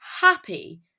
happy